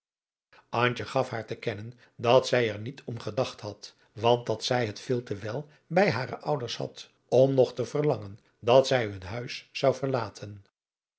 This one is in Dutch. gaf haar te kennen dat zij er niet om gedacht had want dat zij het veel te wel bij hare ouders had om nog te verlangen dat zij hun huis zou verlaten